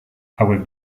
hauek